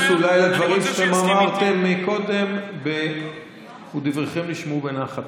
להתייחס אולי לדברים שאתם אמרתם קודם ודבריכם נשמעו בנחת.